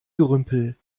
gerümpel